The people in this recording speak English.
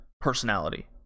personality